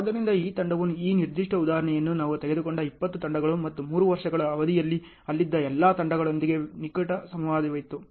ಆದ್ದರಿಂದ ಈ ತಂಡವು ಈ ನಿರ್ದಿಷ್ಟ ಉದಾಹರಣೆಯನ್ನು ನಾವು ತೆಗೆದುಕೊಂಡ 20 ತಂಡಗಳು ಮತ್ತು 3 ವರ್ಷಗಳ ಅವಧಿಯಲ್ಲಿ ಅಲ್ಲಿದ್ದ ಎಲ್ಲ ತಂಡಗಳೊಂದಿಗೆ ನಿಕಟ ಸಂವಾದವಿತ್ತು